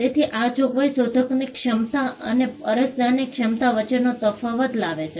તેથી આ જોગવાઈ શોધકની ક્ષમતા અને અરજદારની ક્ષમતા વચ્ચેનો તફાવત લાવે છે